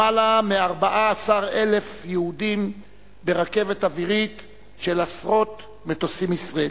למעלה מ-14,000 יהודים ברכבת אווירית של עשרות מטוסים ישראליים.